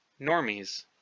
normies